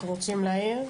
אתם רוצים להעיר?